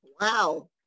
Wow